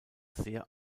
sehr